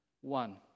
One